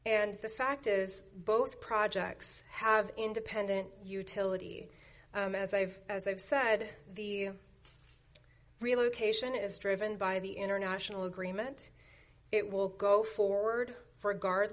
and the fact is both projects have independent utility as they have as i've said the relocation is driven by the international agreement it will go forward for a guard